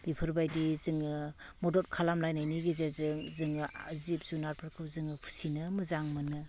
बेफोरबायदि जोङो मदद खालामलायनायनि गेजेरजों जोङो जिब जुनादफोरखौ जोङो फिसिनो मोजां मोनो